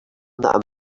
that